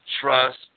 trust